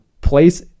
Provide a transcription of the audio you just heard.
place